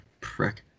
Prick